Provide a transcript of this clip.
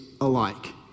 alike